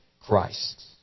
Christ